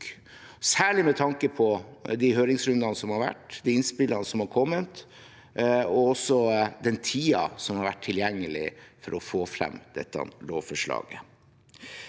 særlig med tanke på de høringsrundene som har vært, de innspillene som har kommet, og også den tiden som har vært tilgjengelig for å få frem dette lovforslaget.